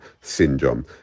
syndrome